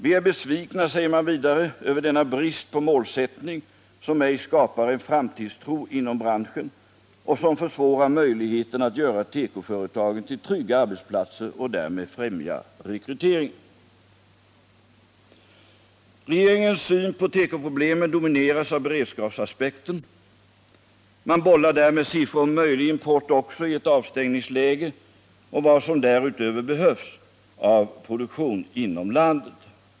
Man är besviken över denna brist på målsättning, som ej skapar en framtidstro inom branschen och som försvårar möjligheterna att göra tekoföretagen till trygga arbetsplat ser och därmed främja rekryteringen. Regeringens syn på tekoproblemen domineras av beredskapsaspekten. Man bollar där med siffror om möjlig import också i ett avstängningsläge och vad som därutöver behövs av produktion inom landet.